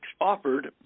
offered